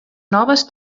noves